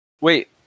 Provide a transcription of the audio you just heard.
wait